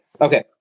Okay